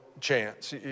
chance